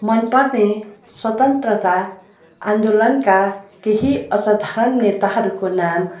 मन पर्ने स्वतन्त्रता आन्दोलनका केही असाधारण नेताहरूको नाम